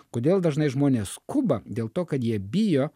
kodėl dažnai žmonės skuba dėl to kad jie bijo